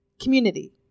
community